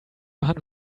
hunt